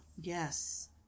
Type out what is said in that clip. Yes